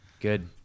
Good